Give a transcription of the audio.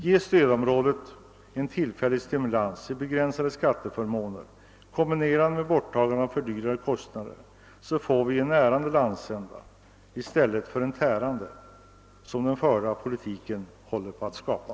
Ge stödområdet en tillfällig stimulans i form av begränsade skatteförmåner, kombinerade med ett borttagande av fördyrande kostnader, så får vi en närande landsända i stället för en tärande som den förda politiken håller på att skapa.